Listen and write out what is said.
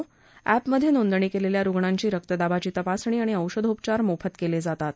या एपमध्ये नोंदणी केलेल्या रुग्णांची रक्तदाबाची तपासणी आणि औषधोपचार मोफत केले जातात